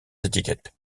étiquette